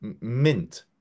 Mint